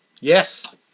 Yes